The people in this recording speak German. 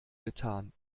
getan